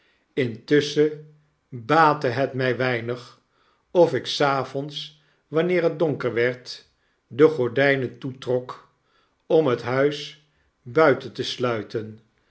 intusschen baattehetmy weinig of ik s avonds wanneer het donker werd de gordijnen toetrok om het huis buiten te sluiten